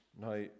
Now